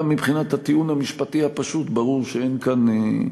גם מבחינת הטיעון המשפטי שפשוט ברור שאין כאן,